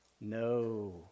No